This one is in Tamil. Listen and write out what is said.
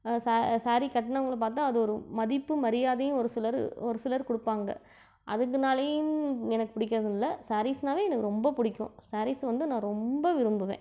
ஸா ஸாரீ கட்டுனவங்கள பார்த்தா அது ஒரு மதிப்பு மரியாதையும் ஒரு சிலர் ஒரு சிலர் கொடுப்பாங்க அதுக்குனாலையும் எனக்கு பிடிக்கும்னு இல்லை ஸாரீஸ்னாவே எனக்கு ரொம்ப பிடிக்கும் ஸாரீஸை வந்து நான் ரொம்ப விரும்புவேன்